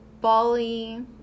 bali